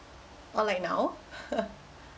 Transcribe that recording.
or like now